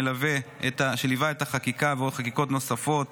שליווה את החקיקה ועוד חקיקות נוספות,